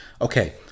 Okay